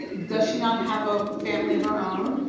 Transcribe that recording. does she not have a family of her own?